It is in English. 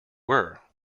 were